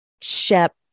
Shep